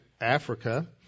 Africa